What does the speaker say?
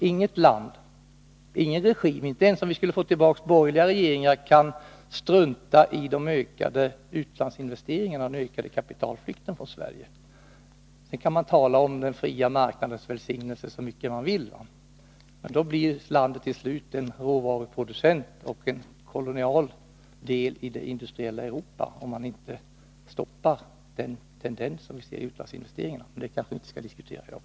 Inget land, ingen regim — inte ens om vi skulle få tillbaka borgerliga regeringar — kan strunta i ökningen av utlandsinvesteringarna och ökningen av kapitalflykten från Sverige. Man kan tala om den fria marknadens välsignelser så mycket man vill. Om man inte stoppar tendensen när det gäller utlandsinvesteringarna, blir landet till slut en råvaruproducent och en kolonial del av det industriella Europa. Men den frågan skall vi kanske inte diskutera i dag.